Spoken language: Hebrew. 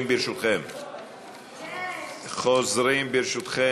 30 בעד, חמישה מתנגדים,